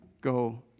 go